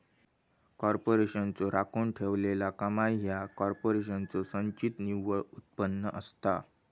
कॉर्पोरेशनचो राखून ठेवलेला कमाई ह्या कॉर्पोरेशनचो संचित निव्वळ उत्पन्न असता